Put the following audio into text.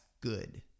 good